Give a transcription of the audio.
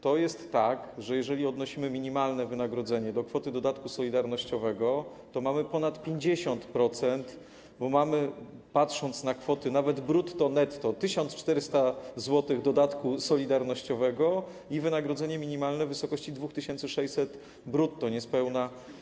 To jest tak, że jeżeli odnosimy minimalne wynagrodzenie do kwoty dodatku solidarnościowego, to mamy ponad 50%, bo mamy, patrząc na kwoty nawet brutto, netto, 1400 zł dodatku solidarnościowego i wynagrodzenie minimalne w wysokości 2600 brutto niespełna.